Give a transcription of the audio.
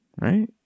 Right